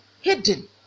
hidden